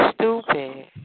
Stupid